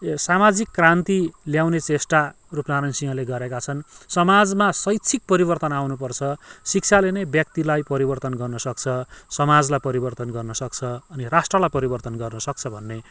सामाजिक क्रान्ति ल्याउने चेष्टा रूपनारायण सिंहले गरेका छन् समाजमा शैक्षिक परिवर्तन आउनुपर्छ शिक्षाले नै व्यक्तिलाई परिवर्तन गर्नसक्छ समाजलाई परिवर्तन गर्नसक्छ अनि राष्ट्रलाई परिवर्तन गर्नसक्छ भन्ने